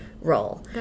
role